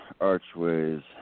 archways